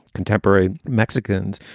contemporary mexicans.